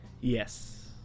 Yes